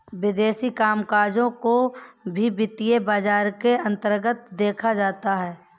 विदेशी कामकजों को भी वित्तीय बाजार के अन्तर्गत देखा जाता है